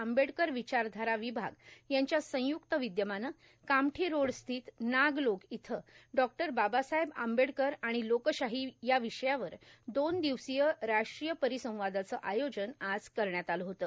आंबेडकर विचारधारा विभाग यांच्या संयक्त विदयमाने कामठी रोड स्थित नागलोक येथे डॉक्टर बाबासाहेब आंबेडकर आणि लोकशाही विषयावर दोन दिवसीय राष्ट्रीय परिसंवादाचे आयोजन आज करण्यात आले होते